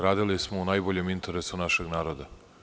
Radili smo u najboljem interesu našeg naroda.